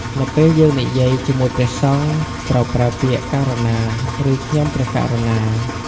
នៅពេលយើងនិយាយជាមួយព្រះសង្ឃ ត្រូវប្រើពាក្យ ករុណា ឬ ខ្ញុំព្រះករុណា។